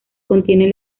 contienen